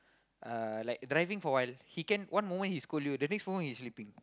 uh like driving for a while he can one moment he scold you the next moment he sleeping